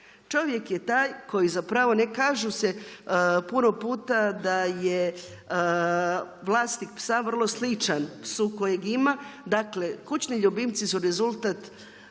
Čovjek je taj koji za pravo ne kaže se puno puta da je vlasnik psa vrlo sličan psu kojeg ima. Dakle, kućni ljubimci su rezultat